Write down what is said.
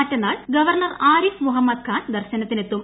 മറ്റന്നാൾ ഗവർണർ ആരിഫ് മുഹമ്മദ് ഖാൻ ദർശനത്തിനെത്തും